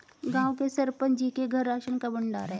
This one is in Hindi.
गांव के सरपंच जी के घर राशन का भंडार है